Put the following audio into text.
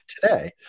today